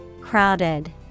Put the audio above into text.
Crowded